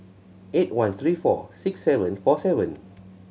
eight one three four six seven four seven